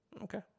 Okay